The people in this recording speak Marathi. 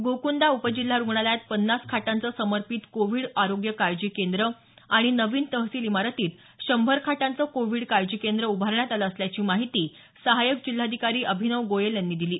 गोकुंदा उपजिल्हा रुग्णालयात पन्नास खाटांचं समर्पित कोव्हीड आरोग्य काळजी केंद्र आणि नवीन तहसिल इमारतीत शंभर खाटांचं कोव्हीड काळजी केंद्र उभारण्यात आलं असल्याची माहिती सहायक जिल्हाधिकारी अभिनव गोयल यांनी दिली आहे